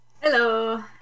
Hello